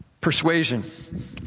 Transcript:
Persuasion